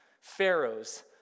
Pharaoh's